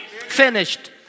Finished